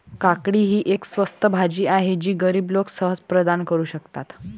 काकडी ही एक स्वस्त भाजी आहे जी गरीब लोक सहज प्रदान करू शकतात